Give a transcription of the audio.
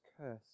curse